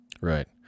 Right